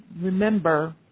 remember